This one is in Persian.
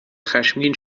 خشمگین